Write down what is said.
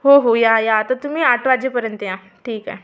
हो हो या या तर तुम्ही आठ वाजेपर्यंत या ठीक आहे